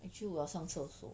actually 我要上厕所